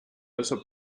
also